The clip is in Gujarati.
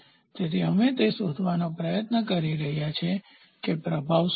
તેથી અમે તે શોધવાનો પ્રયાસ કરી રહ્યા છીએ કે પ્રભાવ શું છે